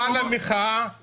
גל המחאה של השוויון בנטל.